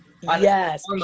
Yes